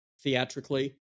theatrically